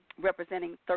representing